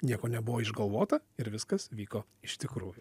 nieko nebuvo išgalvota ir viskas vyko iš tikrųjų